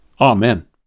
Amen